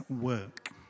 work